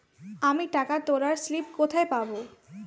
আমি টাকা তোলার স্লিপ কোথায় পাবো?